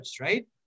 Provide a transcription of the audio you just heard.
right